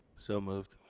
so moved.